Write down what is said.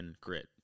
grit